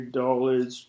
dollars